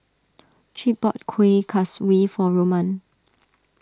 Chip bought Kueh Kaswi for Roman